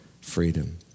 freedom